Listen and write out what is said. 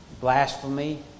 blasphemy